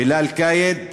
בילאל קאיד,